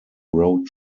road